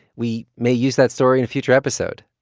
we may use that story in a future episode.